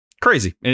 Crazy